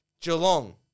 Geelong